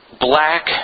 black